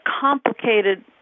complicated